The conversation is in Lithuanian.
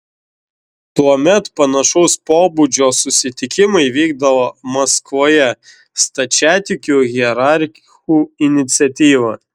tuomet panašaus pobūdžio susitikimai vykdavo maskvoje stačiatikių hierarchų iniciatyva